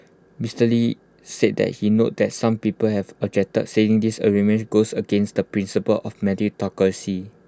Mister lee said that he noted that some people have objected saying this arrangement goes against the principle of meritocracy